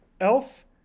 Elf